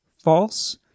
false